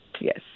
Yes